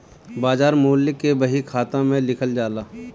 बाजार मूल्य के बही खाता में लिखल जाला